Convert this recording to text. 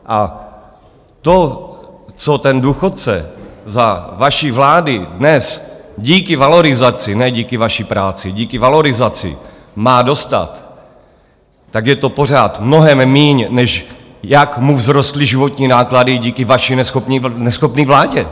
A to, co ten důchodce za vaší vlády dnes díky valorizaci ne díky vaší práci, díky valorizaci má dostat, tak je to pořád mnohem míň, než jak mu vzrostly životní náklady díky vaší neschopné vládě.